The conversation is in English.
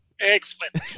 Excellent